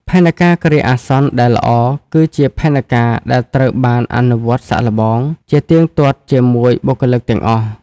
ផែនការគ្រាអាសន្នដែលល្អ គឺជាផែនការដែលត្រូវបាន អនុវត្តសាកល្បង ជាទៀងទាត់ជាមួយបុគ្គលិកទាំងអស់។